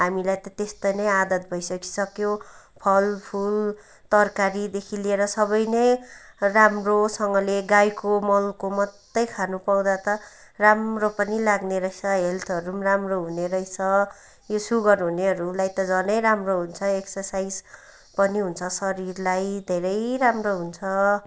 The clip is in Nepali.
हामीलाई त त्यस्तै नै आदत भइसकिसक्यो फलफुल तरकारीदेखि लिएर सबै नै राम्रोसँगले गाईको मलको मात्रै खानु पाउँदा त राम्रो पनि लाग्ने रहेछ हेल्थहरू पनि राम्रो हुने रहेछ यो सुगर हुनेहरूलाई त झनै राम्रो हुन्छ एकसर्साइज पनि हुन्छ शरीरलाई धेरै राम्रो हुन्छ